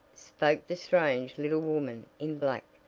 spoke the strange little woman in black,